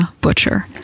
Butcher